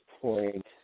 point